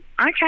okay